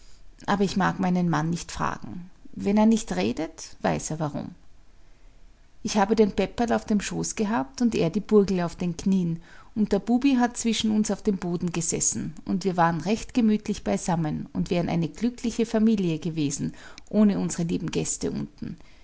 aber ich mag meinen mann nicht fragen wenn er nicht redet weiß er warum ich habe den peperl auf dem schoß gehabt und er die burgel auf den knien und der bubi hat zwischen uns auf dem boden gesessen und wir waren recht gemütlich beisammen und wären eine glückliche familie gewesen ohne unsere lieben gäste unten